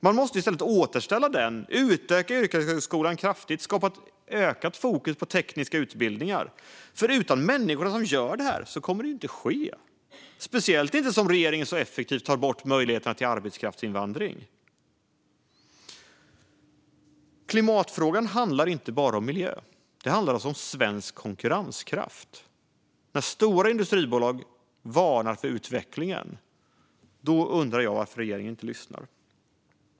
Man måste i stället återställa dessa, utöka yrkeshögskolan kraftigt och skapa ett ökat fokus på tekniska utbildningar. Utan människorna som gör detta kommer det inte att ske - speciellt inte eftersom regeringen så effektivt tar bort möjligheterna till arbetskraftsinvandring. Klimatfrågan handlar inte bara om miljön, utan den handlar även om svensk konkurrenskraft. När stora industribolag varnar för utvecklingen undrar jag varför regeringen inte lyssnar.